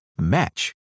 match